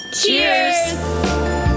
Cheers